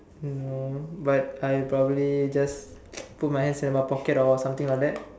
no but I probably just put my hands in my pocket or something like that